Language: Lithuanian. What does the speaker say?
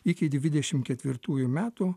iki dvidešim ketvirtųjų metų